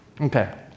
Okay